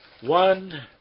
one